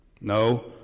No